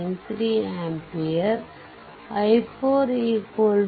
93 ampere i4 2